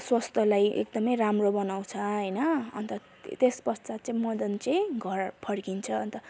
स्वास्थ्यलाई एकदमै राम्रो बनाउँछ होइन अन्त त्यसपश्चात चाहिँ मदन चाहिँ घर फर्किन्छ अन्त